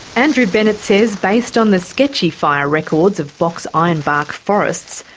andrew bennett says based on the sketchy fire records of box ironbark forests,